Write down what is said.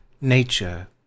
Nature